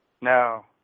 No